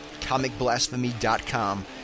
comicblasphemy.com